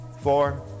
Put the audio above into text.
four